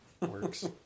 Works